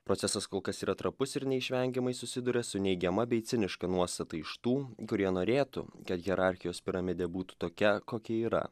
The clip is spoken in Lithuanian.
procesas kol kas yra trapus ir neišvengiamai susiduria su neigiama bei ciniška nuostata iš tų kurie norėtų kad hierarchijos piramidė būtų tokia kokia yra